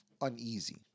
uneasy